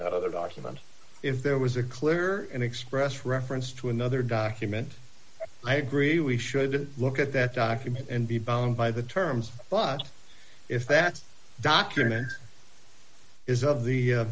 out of the document if there was a clear and expressed reference to another document i agree we should look at that document and be bound by the terms but if that document is of the